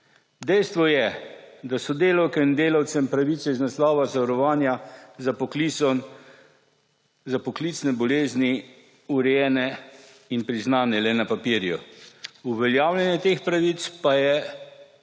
Dejstvo je, da so delavkam in delavcem pravice iz naslova zavarovanja za poklicne bolezni urejene in priznane le na papirju. Uveljavljanje teh pravic pa je